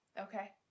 Okay